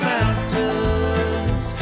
Mountains